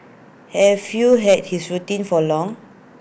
have you had this routine for long